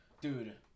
dude